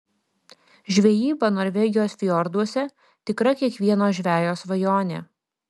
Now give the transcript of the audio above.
žvejyba norvegijos fjorduose tikra kiekvieno žvejo svajonė